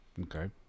Okay